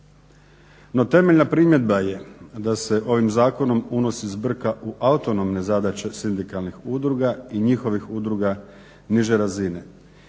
No, temeljna primjedba je da se ovim zakonom unosi zbrka u autonomne zadaće sindikalnih udruga i njihovih udruga niže razine.